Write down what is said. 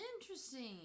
Interesting